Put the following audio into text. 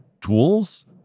tools